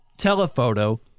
telephoto